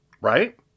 Right